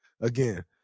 again